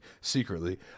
secretly